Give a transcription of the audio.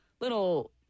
little